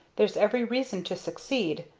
there's every reason to succeed,